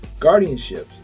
Guardianships